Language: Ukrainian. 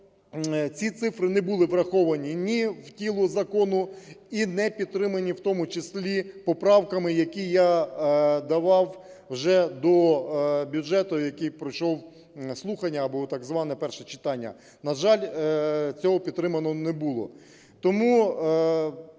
ці цифри не були враховані ні в тілі закону і не підтримані в тому числі поправками, які я давав вже до бюджету, який пройшов слухання або так зване перше читання. На жаль, цього підтримано не було.